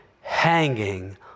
hanging